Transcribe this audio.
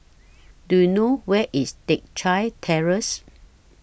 Do YOU know Where IS Teck Chye Terrace